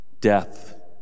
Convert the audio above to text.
Death